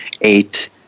eight